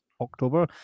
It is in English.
October